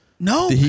No